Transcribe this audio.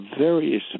various